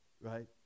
right